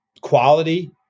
Quality